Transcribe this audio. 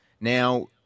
Now